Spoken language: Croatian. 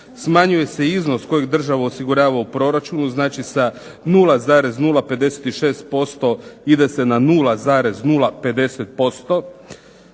Smanjuje se iznos kojeg država osigurava u proračunu, znači sa 0,056% a ide se na 0,050%.